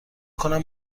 کنم